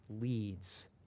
leads